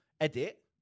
edit